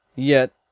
yet,